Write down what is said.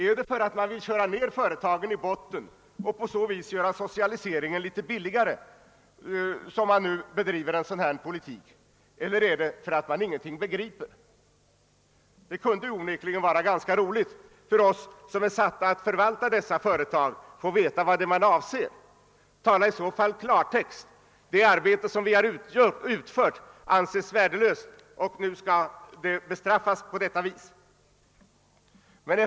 Är det för att man vill köra ned företagen i botten och på så sätt göra socialiseringen litet billigare som man nu bedriver en sådan här politik, eller är det för att man ingenting begriper? Det kunde onekligen vara ganska intressant för oss som är satta att förvalta dessa företag att få veta vad det är man avser. Tala i så fall i klartext! Menar ni socialdemokrater, att det arbete som vi utfört anses värdelöst och nu skall bestraffas på detta vis. Säg åtminstone rent ut!